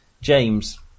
James